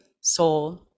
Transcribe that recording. soul